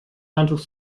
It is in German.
handtuch